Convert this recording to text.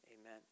Amen